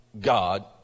God